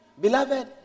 Beloved